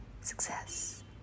success